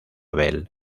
bell